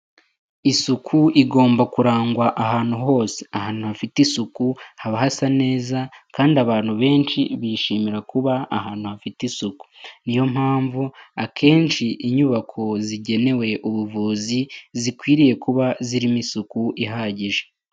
Isuku igomba kurangwa ahantu hose, ahantu hafite isuku haba hasa neza kandi abantu benshi bishimira kuba ahantu hafite isuku, niyo mpamvu akenshi inyubako zigenewe ubuvuzi zikwiriye kuba zirimo isuku ihagije.